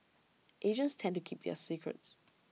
Asians tend to keep their secrets